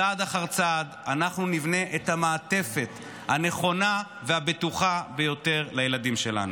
צעד אחר צעד אנחנו נבנה את המעטפת הנכונה והבטוחה ביותר לילדים שלנו.